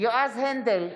יועז הנדל,